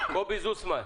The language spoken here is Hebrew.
קובי זוסמן.